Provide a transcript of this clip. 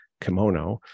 kimono